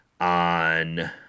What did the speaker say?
on